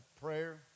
prayer